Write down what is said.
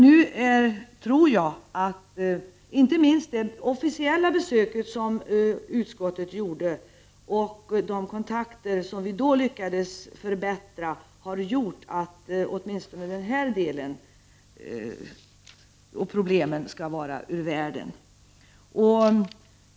Nu tror jag emellertid att inte minst det officiella besök som utskottet gjorde och de kontakter vi då lyckades förbättra har gjort att åtminstone den här delen av problemen skall vara ur världen.